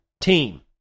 team